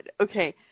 okay